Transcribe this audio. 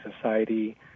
society